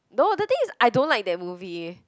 no the thing is I don't like that movie